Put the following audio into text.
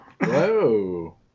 Whoa